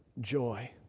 joy